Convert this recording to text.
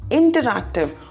interactive